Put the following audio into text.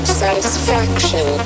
satisfaction